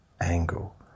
angle